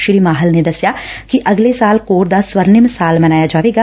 ਸ੍ਰੀ ਮਾਹਲ ਨੇ ਦਸਿਆ ਕਿ ਅਗਲੇ ਸਾਲ ਕੋਰ ਦਾ ਸਵਰਨਿਮ ਸਾਲ ਮਨਾਇਆ ਜਾਏਗਾ